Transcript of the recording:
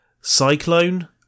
Cyclone